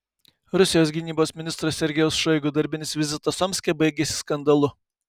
rusijos gynybos ministro sergejaus šoigu darbinis vizitas omske baigėsi skandalu